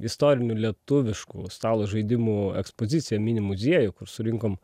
istorinių lietuviškų stalo žaidimų ekspoziciją mini muziejų kur surinkom